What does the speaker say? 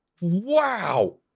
Wow